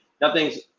nothing's